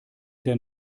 der